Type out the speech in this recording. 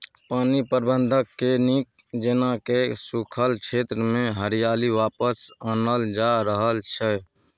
पानि प्रबंधनकेँ नीक जेना कए सूखल क्षेत्रमे हरियाली वापस आनल जा रहल छै